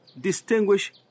distinguish